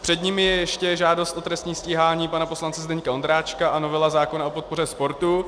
Před nimi je ještě žádost o trestní stíhání pana poslance Zdeňka Ondráčka a novela zákona o podpoře sportu.